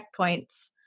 checkpoints